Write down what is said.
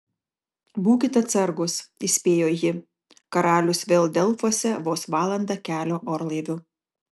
būkit atsargūs įspėjo ji karalius vėl delfuose vos valanda kelio orlaiviu